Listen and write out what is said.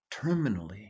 terminally